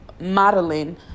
modeling